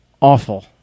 awful